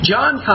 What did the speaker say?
John